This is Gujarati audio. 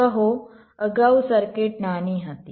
કહો અગાઉ સર્કિટ નાની હતી